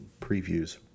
previews